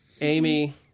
Amy